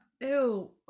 Ew